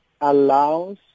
allows